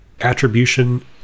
attribution